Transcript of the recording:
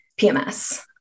PMS